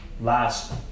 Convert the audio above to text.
last